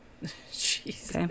Jesus